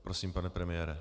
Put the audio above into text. Prosím, pane premiére.